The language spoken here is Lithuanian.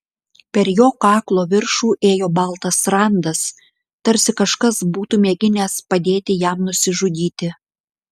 per jo kaklo viršų ėjo baltas randas tarsi kažkas būtų mėginęs padėti jam nusižudyti